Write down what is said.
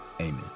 amen